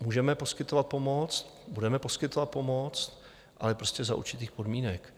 Můžeme poskytovat pomoc, budeme poskytovat pomoc, ale za určitých podmínek.